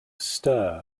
stir